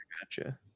Gotcha